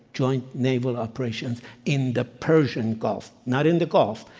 joined naval operations in the persian gulf. not in the gulf,